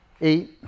eight